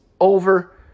over